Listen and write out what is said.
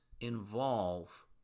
involve